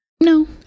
no